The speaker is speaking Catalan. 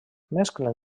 mesclen